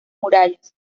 murallas